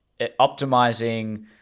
optimizing